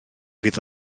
fydd